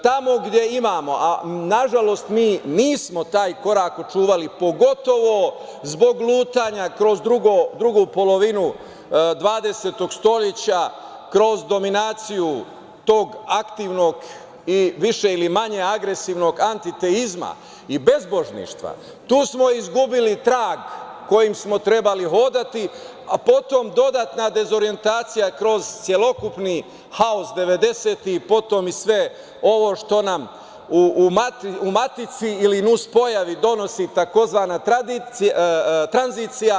Tamo gde imamo, nažalost, mi nismo taj korak očuvali, pogotovo zbog lutanja kroz drugu polovinu 20. stoleća, kroz dominaciju tog aktivnost i više ili manje agresivnog antiteizma i bezbožništva, tu smo izgubili trag kojim smo trebali hodati, a potom dodatna dezorijentacija kroz celokupni haos devedesetih, potom i sve ovo što nam u matici, ili nus pojavi donosi tzv. tranzicija.